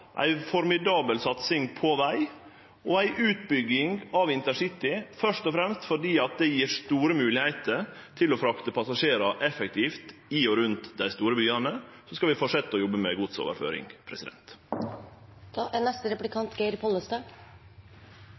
ei formidabel satsing på veg og ei intercityutbygging, først og fremst fordi det gjev store moglegheiter til å frakte passasjerar effektivt i og rundt dei store byane. Så skal vi fortsetje å jobbe med godsoverføring. Eg registrerer at den nye samferdselsministeren har arva ei svakheit av den gamle samferdselsministeren, og det er